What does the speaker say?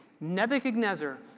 Nebuchadnezzar